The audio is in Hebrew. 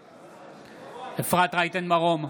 נגד אפרת רייטן מרום,